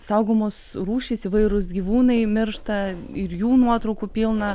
saugomos rūšys įvairūs gyvūnai miršta ir jų nuotraukų pilna